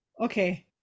okay